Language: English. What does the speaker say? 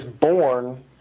born